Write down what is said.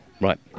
right